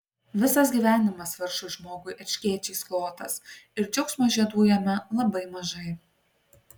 visas gyvenimas vargšui žmogui erškėčiais klotas ir džiaugsmo žiedų jame labai mažai